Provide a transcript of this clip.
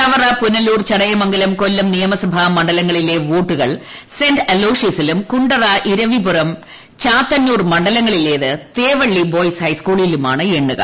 ചവറ പുനലൂർ ചടയമംഗലം കൊല്ലം ന്ടിയമസഭാ മണ്ഡലങ്ങളിലെ വോട്ടുകൾ സെന്റ് അലോഷ്യസിലും കൂണ്ട്ടറും ഇരവിപുരം ചാത്തന്നൂർ മണ്ഡലങ്ങളിലേത് തേവള്ളി ബോയ്സ് ക്ഷെസ്കൂളിലുമാണ് എണ്ണുക